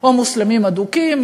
או מוסלמים אדוקים,